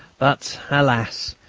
but, alas!